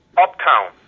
Uptown